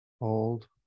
Hold